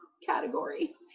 category